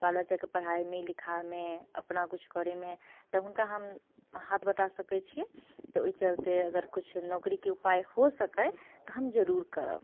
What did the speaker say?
बाल बच्चाके पढ़ाइमे लिखाइमे अपना कुछ करैमे तऽ हुनका हम हाथ बँटा सकै छिये तऽ ओहि चलते अगर किछु नौकरीके उपाय हो सकै तऽ हम जरूर करब